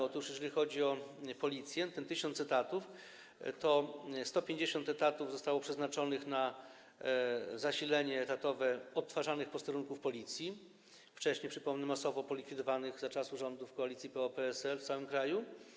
Otóż jeżeli chodzi o Policję, te 1000 etatów, to 150 etatów zostało przeznaczonych na zasilenie etatowe odtwarzanych posterunków Policji, wcześniej - przypomnę - masowo polikwidowanych za czasów rządu koalicji PO-PSL w całym kraju.